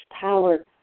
power